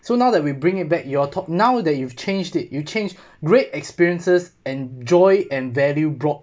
so now that we bring it back your talk now that you've changed it you change great experiences and joy and value brought